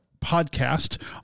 podcast